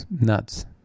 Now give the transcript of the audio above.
Nuts